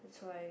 so I